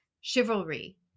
chivalry